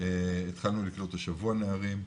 התחלנו לקלוט השבוע נערים,